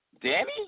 Danny